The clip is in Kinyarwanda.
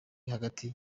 hagati